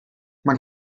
man